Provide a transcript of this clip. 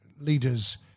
leaders